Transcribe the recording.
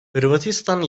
hırvatistan